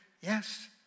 Yes